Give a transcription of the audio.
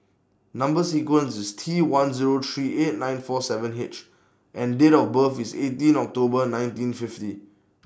Number sequence IS T one Zero three eight nine four seven H and Date of birth IS eighteen October nineteen fifty